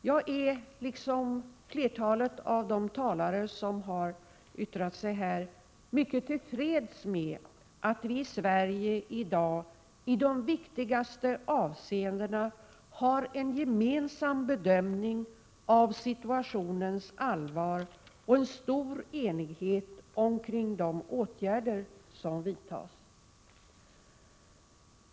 Jag är, liksom flertalet av de talare som har yttrat sig här, mycket till freds med att vi i Sverige i dag, i de viktigaste avseendena, har en gemensam bedömning av situationens allvar och en stor enighet kring de åtgärder som vidtas.